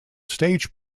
stage